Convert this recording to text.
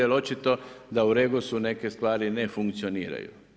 Jer očito da u REGOS-u neke stvari ne funkcioniraju.